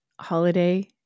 holiday